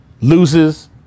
loses